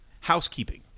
housekeeping